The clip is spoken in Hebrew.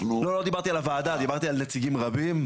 לא לא דיברתי על הוועדה דיברתי על נציגים רבים,